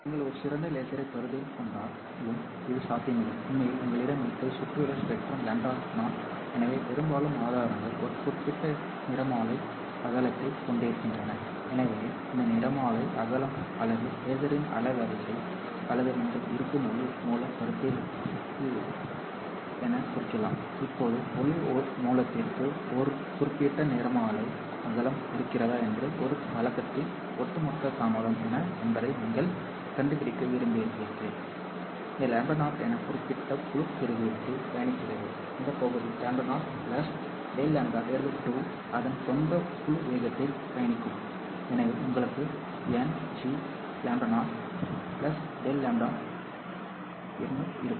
நீங்கள் ஒரு சிறந்த லேசரைக் கருத்தில் கொண்டாலும் இது சாத்தியமில்லை உண்மையில் உங்களிடம் இருப்பது சுற்றியுள்ள ஸ்பெக்ட்ரம் λ0 எனவே பெரும்பாலான ஆதாரங்கள் ஒரு குறிப்பிட்ட நிறமாலை அகலத்தைக் கொண்டிருக்கின்றன எனவே இந்த நிறமாலை அகலம் அல்லது லேசரின் அலைவரிசை அல்லது நீங்கள் இருக்கும் ஒளி மூல கருத்தில் எனக் குறிக்கலாம் இப்போது ஒளி மூலத்திற்கு ஒரு குறிப்பிட்ட நிறமாலை அகலம் இருக்கிறதா என்று ஒரு வழக்கின் ஒட்டுமொத்த தாமதம் என்ன என்பதை நீங்கள் கண்டுபிடிக்க விரும்புகிறீர்கள் இந்த λ0 ஒரு குறிப்பிட்ட குழு குறியீட்டில் பயணிக்கிறது இந்த பகுதி λ0 ∆λ 2 அதன் சொந்த குழு வேகத்தில் பயணிக்கும் எனவே உங்களுக்கு Ng λ0 ∆λ இருக்கும்